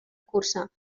cursa